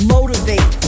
Motivate